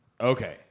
Okay